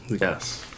Yes